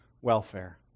welfare